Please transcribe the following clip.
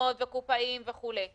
ומוכרות וקופאים וכו'.